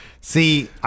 See